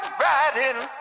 riding